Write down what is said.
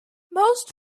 most